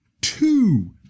two